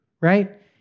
right